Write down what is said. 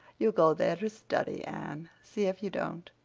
you'll go there to study, anne, see if you don't.